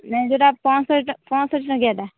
ନାହିଁ ଯେଉଁଟା ପଞ୍ଚଷଠି ପଞ୍ଚଷଠି ଟଙ୍କିଆ ଟା